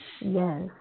Yes